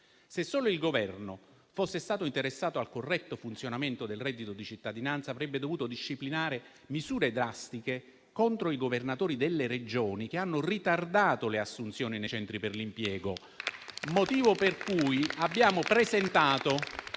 Se solo il Governo fosse stato interessato al corretto funzionamento del reddito di cittadinanza, avrebbe dovuto disciplinare misure drastiche contro i governatori delle Regioni che hanno ritardato le assunzioni nei centri per l'impiego, motivo per cui abbiamo presentato